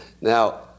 Now